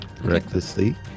recklessly